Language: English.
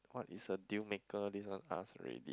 what is a deal maker this one ask already